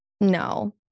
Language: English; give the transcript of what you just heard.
no